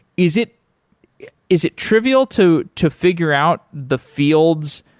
is it is it trivial to to figure out the fields,